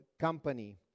company